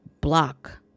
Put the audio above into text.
block